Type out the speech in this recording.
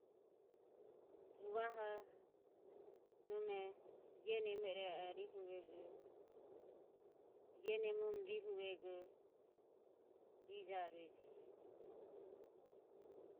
Juvaho nome e nemo ireoho rihu, i e nemoromo rihuvego e ja rueje.